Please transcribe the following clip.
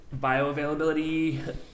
bioavailability